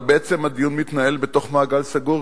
שבעצם הדיון מתנהל בתוך מעגל סגור,